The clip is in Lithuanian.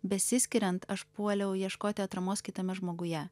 besiskiriant aš puoliau ieškoti atramos kitame žmoguje